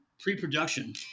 pre-production